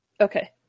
Okay